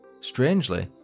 Strangely